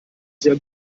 sehr